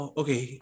okay